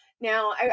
Now